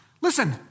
Listen